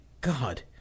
God